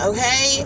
Okay